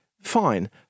fine